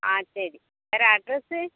ஆ சரி வேறு அட்ரஸு